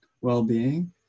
well-being